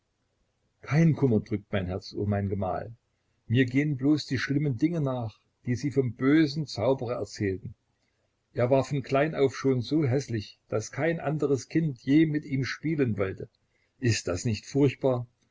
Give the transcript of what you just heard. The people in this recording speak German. kein kummer drückt mein herz o mein gemahl mir gehen bloß die schlimmen dinge nach die sie vom bösen zauberer erzählten er war von klein auf schon so häßlich daß kein anderes kind je mit ihm spielen wollte ist das nicht furchtbar